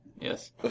Yes